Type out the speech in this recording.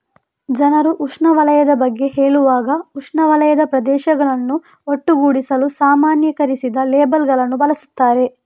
ಜನರು ಉಷ್ಣವಲಯದ ಬಗ್ಗೆ ಹೇಳುವಾಗ ಉಷ್ಣವಲಯದ ಪ್ರದೇಶಗಳನ್ನು ಒಟ್ಟುಗೂಡಿಸಲು ಸಾಮಾನ್ಯೀಕರಿಸಿದ ಲೇಬಲ್ ಗಳನ್ನು ಬಳಸುತ್ತಾರೆ